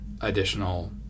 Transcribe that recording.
additional